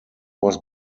was